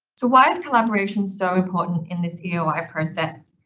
so why is collaboration so important in this eoi process?